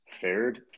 fared